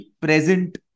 present